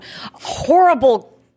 horrible